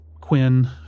Quinn